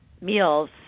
meals